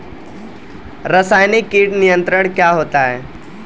रसायनिक कीट नियंत्रण क्या होता है?